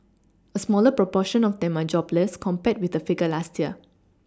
a smaller proportion of them are jobless compared with the figure last year